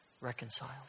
reconciled